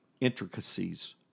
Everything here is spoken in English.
intricacies